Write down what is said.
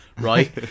right